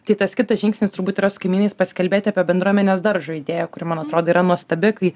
tai tas kitas žingsnis turbūt yra su kaimynais pasikalbėti apie bendruomenės daržo idėją kuri man atrodo yra nuostabi kai